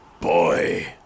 Boy